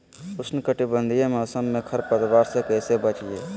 उष्णकटिबंधीय मौसम में खरपतवार से कैसे बचिये?